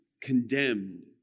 condemned